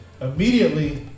immediately